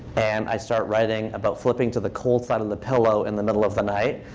and i start writing about flipping to the cold side of the pillow in the middle of the night.